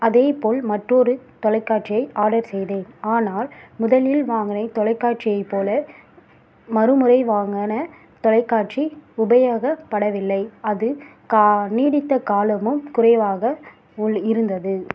அதே போல் மற்றொரு தொலைக்காட்சியை ஆடர் செய்தேன் ஆனால் முதலில் வாங்குன தொலைக்காட்சியைப் போல மறுமுறை வாங்குன தொலைக்காட்சி உபயோகப்படவில்லை அது கா நீடித்த காலமும் குறைவாக உள்ள இருந்தது